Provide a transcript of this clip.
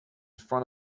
front